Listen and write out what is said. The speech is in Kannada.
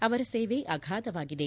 ಅವರ ಸೇವೆ ಅಗಾಧವಾಗಿದೆ